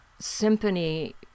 symphony